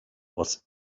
was